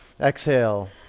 exhale